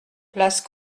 place